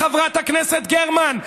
חברת הכנסת גרמן,